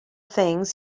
things